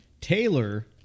Taylor